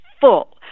full